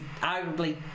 arguably